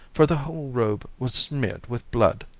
for the whole robe was smeared with blood.